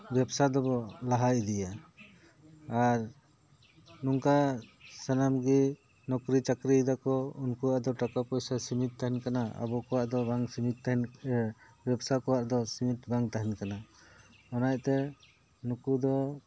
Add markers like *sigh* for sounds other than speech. ᱵᱮᱵᱽᱥᱟ ᱫᱚᱵᱚ ᱞᱟᱦᱟ ᱤᱫᱤᱭᱟ ᱟᱨ ᱱᱚᱝᱠᱟ ᱥᱟᱱᱟᱢ ᱜᱮ ᱱᱚᱠᱨᱤ ᱪᱟᱹᱠᱨᱤ ᱮᱫᱟᱠᱚ ᱩᱱᱠᱩᱣᱟᱜ ᱫᱚ ᱴᱟᱠᱟ ᱯᱚᱭᱥᱟ ᱥᱤᱢᱤᱛᱚ ᱛᱟᱦᱮᱱ ᱠᱟᱱᱟ ᱟᱵᱚ ᱠᱚᱣᱟᱜ ᱫᱚ ᱵᱟᱝ ᱥᱤᱢᱤᱛᱚ *unintelligible* ᱵᱮᱵᱽᱥᱟ ᱠᱚᱣᱟᱜ ᱫᱚ ᱥᱤᱢᱤᱛ ᱵᱟᱝ ᱛᱟᱦᱮᱱ ᱠᱟᱱᱟ ᱚᱱᱟ ᱤᱭᱟᱹᱛᱮ ᱱᱩᱠᱩ ᱫᱚ